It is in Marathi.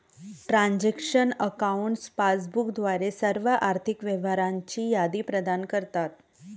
ट्रान्झॅक्शन अकाउंट्स पासबुक द्वारे सर्व आर्थिक व्यवहारांची यादी प्रदान करतात